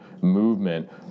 movement